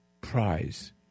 prize